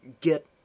get